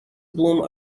bloom